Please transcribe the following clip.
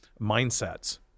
mindsets